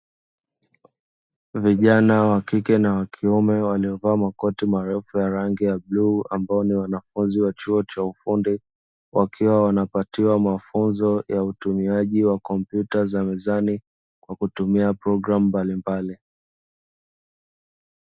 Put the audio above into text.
Vijana wakike na wakiume waliovaa makoti marefu ya rangi ya bluu ambao ni wanafunzi wa chuo cha ufundi, wakiwa wanapatiwa mafunzo ya utumiaji wa kompyuta za mezani kwa kutumia programu mbalimbali.